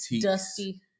dusty